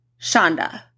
Shonda